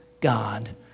God